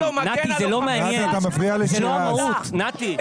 זה לא המהות, נתי.